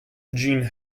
gene